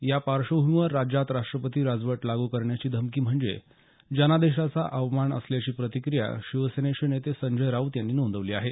या पार्श्वभूमीवर राज्यात राष्ट्रपती राजवट लागू करण्याची धमकी म्हणजे जनादेशाचा अपमान असल्याची प्रतिक्रीया शिवसेना नेते संजय राऊत यांनी नोंदवली आहे